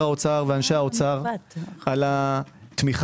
האוצר ולאנשי האוצר ואנשי האוצר על התמיכה.